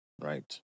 right